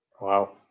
Wow